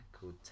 called